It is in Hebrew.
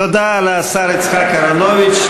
תודה לשר יצחק אהרונוביץ.